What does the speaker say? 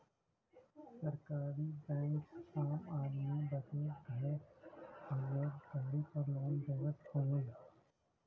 सरकारी बैंक आम आदमी बदे घर आउर गाड़ी पर लोन देवत हउवन